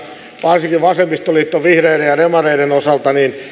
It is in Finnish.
varsinkin vasemmistoliiton vihreiden ja demareiden osalta